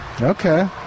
Okay